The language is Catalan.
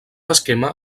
esquema